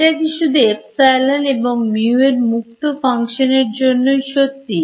এটা কি শুধু Epsilon এবং mu এর মুক্ত Function এর জন্যই সত্যি